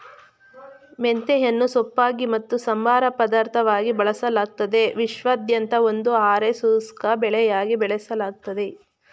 ಮೆಂತೆಯನ್ನು ಸೊಪ್ಪಾಗಿ ಮತ್ತು ಸಂಬಾರ ಪದಾರ್ಥವಾಗಿ ಬಳಸಲಾಗ್ತದೆ ವಿಶ್ವಾದ್ಯಂತ ಒಂದು ಅರೆ ಶುಷ್ಕ ಬೆಳೆಯಾಗಿ ಬೆಳೆಸಲಾಗ್ತದೆ